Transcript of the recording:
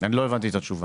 אני לא הבנתי את התשובה.